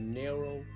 narrow